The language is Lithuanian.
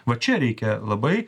va čia reikia labai